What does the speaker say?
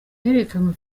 herekanywe